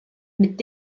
mit